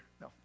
No